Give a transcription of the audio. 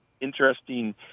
interesting